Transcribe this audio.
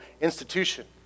institution